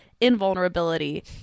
invulnerability